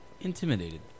intimidated